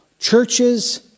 Churches